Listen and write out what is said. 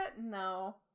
No